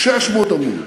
600 עמוד.